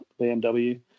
BMW